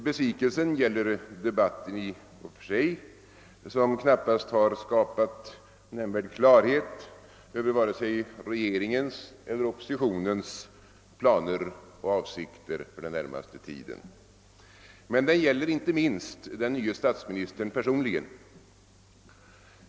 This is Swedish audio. Besvikelsen gäller debatten i och för sig som knappast har skapat nämnvärd klarhet om vare sig regeringens eller oppositionens planer och avsikter för den närmaste tiden. Men den gäller inte minst den nye statsministern personligen.